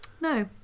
No